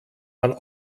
man